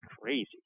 crazy